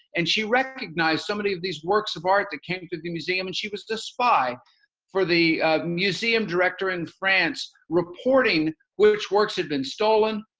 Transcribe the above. and she recognized so many of these works of arts that came to the museum and she was a spy for the museum director in france. reporting which works had been stolen,